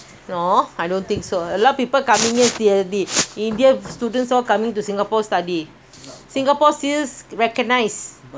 students all coming to singapore to study singapore is recognised is up to you lah you want to go you